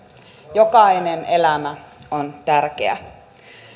jokainen elämä on tärkeä